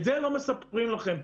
את זה לא מספרים לכם.